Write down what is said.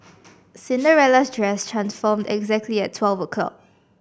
Cinderella's dress transformed exactly at twelve o' clock